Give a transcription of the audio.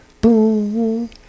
boom